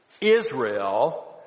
Israel